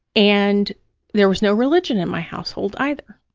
and there was no religion in my household either.